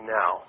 now